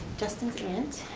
justin's aunt,